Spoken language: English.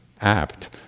apt